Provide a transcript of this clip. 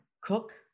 cook